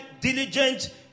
diligent